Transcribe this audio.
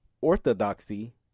orthodoxy